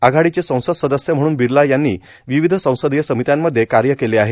आघाडीचे संसद सदस्य म्हणून बिर्ला यांनी विविध संसदीय समित्यांमध्ये कार्य केले आहेत